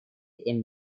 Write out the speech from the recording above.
and